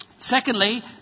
Secondly